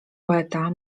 poeta